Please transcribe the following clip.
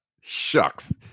shucks